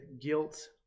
guilt